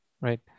right